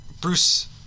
Bruce